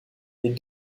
les